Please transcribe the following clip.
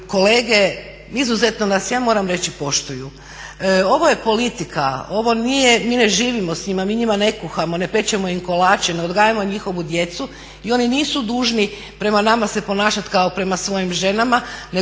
kolege izuzetno nas, ja moram reći poštuju. Ovo je politika, ovo nije, mi ne živimo s njima, mi njima ne kuhamo, ne pečemo im kolače, ne odgajamo njihovu djecu i oni nisu dužni prema nama se ponašati kako prema svojim ženama, nego